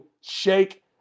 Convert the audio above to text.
Shake